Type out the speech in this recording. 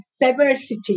diversity